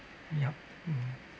yup mm